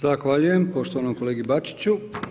Zahvaljujem poštovanom kolegi Bačiću.